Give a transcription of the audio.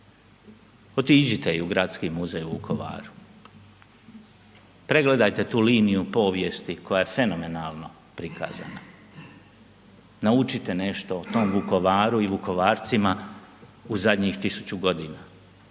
otiđite i u Gradski muzej u Vukovaru. Pregledajte tu liniju povijesti koje je fenomenalno prikazana. Naučite nešto o tom Vukovaru i Vukovarcima u zadnjih 1000 godina